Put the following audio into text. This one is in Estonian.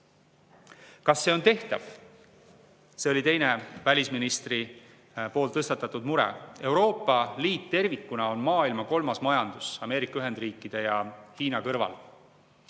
Kas see on tehtav? See oli teine välisministri tõstatatud mure. Euroopa Liit tervikuna on maailma kolmas majandus Ameerika Ühendriikide ja Hiina kõrval.